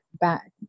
back